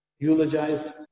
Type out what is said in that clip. eulogized